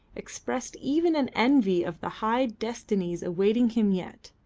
expressed even an envy of the high destinies awaiting him yet.